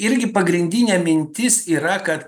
irgi pagrindinė mintis yra kad